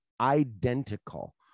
identical